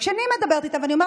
כשאני מדברת איתם ואני אומרת: